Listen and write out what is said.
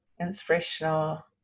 inspirational